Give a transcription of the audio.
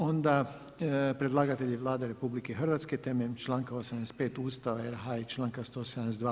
Onda predlagatelj je Vlada RH temeljem članka 85. ustava RH i čl. 172.